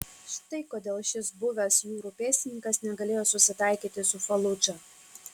štai kodėl šis buvęs jūrų pėstininkas negalėjo susitaikyti su faludža